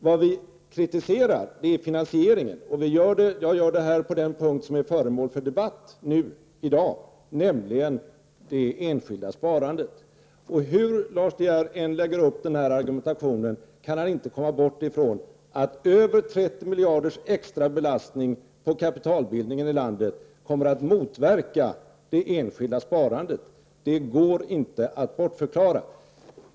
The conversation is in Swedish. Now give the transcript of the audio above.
Vad vi kritiserar är finansieringen, och jag gör det här på den punkt som är föremål för debatt nu i dag, nämligen det enskilda sparandet. Hur Lars De Geer än lägger upp argumentationen kan han inte komma bort från att över 30 miljarders extra belastning på kapitalbildningen i landet kommer att motverka det enskilda sparandet. Det går inte att bortförklara.